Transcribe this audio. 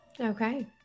okay